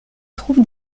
trouve